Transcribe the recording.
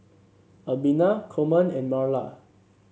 Albina Coleman and Marla